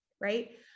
right